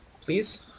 Please